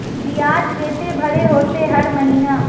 बियाज केते भरे होते हर महीना?